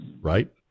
right